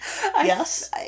yes